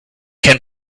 can